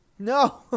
No